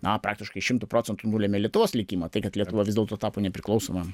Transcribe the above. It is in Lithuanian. na praktiškai šimtu procentų nulėmė lietuvos likimą tai kad lietuva vis dėlto tapo nepriklausoma